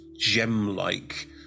gem-like